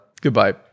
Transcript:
goodbye